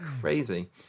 crazy